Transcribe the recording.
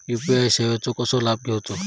UPI सेवाचो कसो लाभ घेवचो?